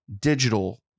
digital